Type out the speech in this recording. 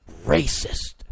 racist